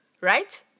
right